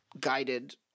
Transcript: guided